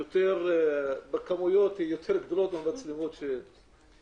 בכמות יותר גדולה מהמצלמות שהמשטרה מציבה.